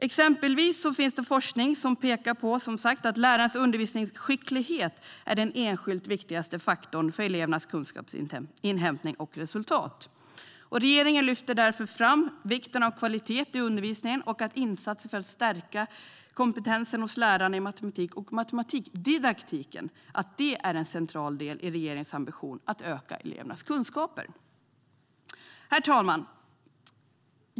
Exempelvis finns det, som sagt, forskning som pekar på att lärarnas undervisningsskicklighet är den enskilt viktigaste faktorn för elevernas kunskapsinhämtning och resultat. Regeringen lyfter därför fram vikten av kvalitet i undervisningen och att insatser för att stärka kompetensen hos lärare i matematik och didaktik är en central del i regeringens ambition att öka elevernas kunskaper. Herr talman!